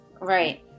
Right